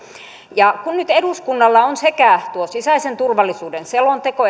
kun nyt eduskunnalla on sekä tuo sisäisen turvallisuuden selonteko